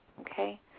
Okay